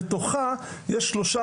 בתוכה יש שלושה,